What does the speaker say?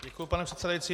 Děkuji, pane předsedající.